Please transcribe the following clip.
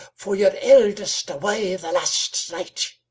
for your eldest's awa' the last night.